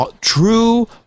True